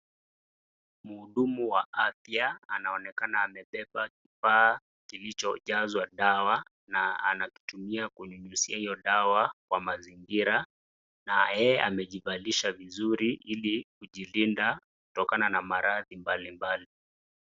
Mhudumu wa afya anaonekana amebeba kifaa kilichojazwa na dawa na anakitumia kunyunyusia hiyo dawa Kwa mazingira na yeye amejuvalisha vizuri ili kujilinda kutokana na maradhi mbalimbali.